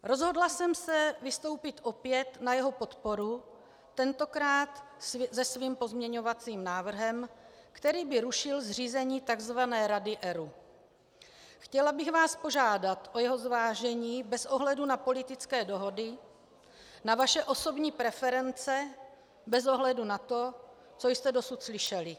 Rozhodla jsem se opět vystoupit na jeho podporu, tentokrát se svým pozměňovacím návrhem, který by rušil zřízení takzvané rady ERÚ. Chtěla bych vás požádat o jeho zvážení bez ohledu na politické dohody, na vaše osobní preference, bez ohledu na to, co jste dosud slyšeli.